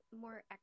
more